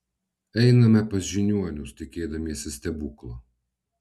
einame pas žiniuonius tikėdamiesi stebuklo